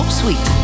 sweet